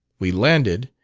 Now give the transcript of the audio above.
we landed,